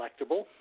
collectible